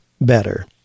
better